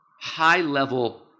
high-level